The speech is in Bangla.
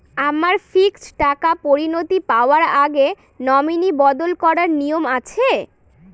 আমার ফিক্সড টাকা পরিনতি পাওয়ার আগে নমিনি বদল করার নিয়ম আছে?